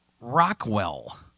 Rockwell